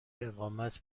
اقامت